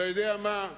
אתה יודע מה,